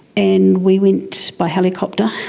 and we went by helicopter.